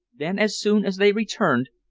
then, as soon as they returned,